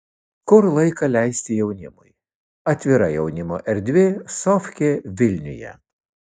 kur laiką leisti jaunimui atvira jaunimo erdvė sofkė vilniuje